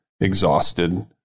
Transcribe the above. exhausted